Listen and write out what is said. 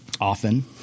Often